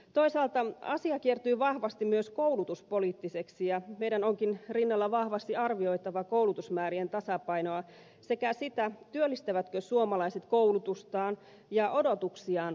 toisaalta asia kiertyy vahvasti myös koulutuspoliittiseksi ja meidän onkin rinnalla vahvasti arvioitava koulutusmäärien tasapainoa sekä sitä työllistyvätkö suomalaiset koulutustaan ja odotuksiaan vastaaviin töihin